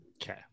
Okay